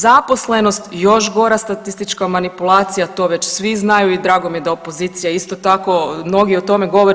Zaposlenost još gora statistička manipulacija, to već svi znaju i drago mi je da opozicija isto tako, mnogi o tome govore.